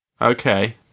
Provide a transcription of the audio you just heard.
Okay